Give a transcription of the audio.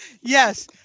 Yes